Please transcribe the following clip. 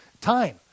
time